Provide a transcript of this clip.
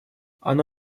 оно